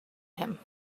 him